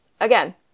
Again